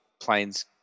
planes